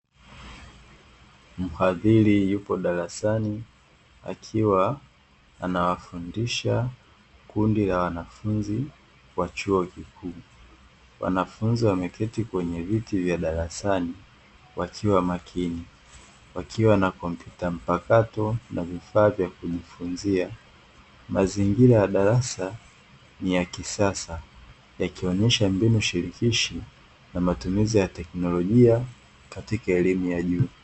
Mhadhiri yupo darasani akiwa anawafundisha kundi la wanafunzi wa chuo kikuu. Wanafunzi wameketi kwenye viti vya darasani wakiwa makini, wakiwa na kompyuta mpakato na vifaa vya kujifunzia. Mazingira ya darasa ni ya kisasa yakionyesha mbinu shirikishi na matumizi ya teknolojia katika elimu ya juu.